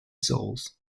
souls